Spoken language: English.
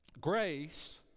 Grace